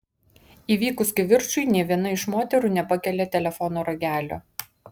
įvykus kivirčui nė viena iš moterų nepakelia telefono ragelio